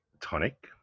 tonic